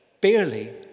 barely